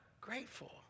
Grateful